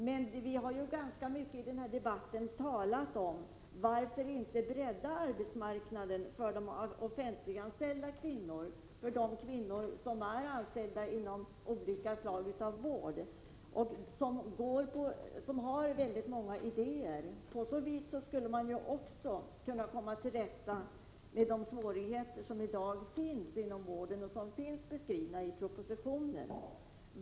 Men varför kan man inte, som vi har talat ganska mycket om i denna debatt, bredda arbetsmarknaden för de kvinnor som är anställda inom olika områden av den offentliga vården och som har vädligt många idéer? På det viset skulle man ju också komma till rätta med de svårigheter som i dag finns inom vården och som även är beskrivna i propositionen.